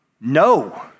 No